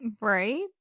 right